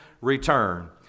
return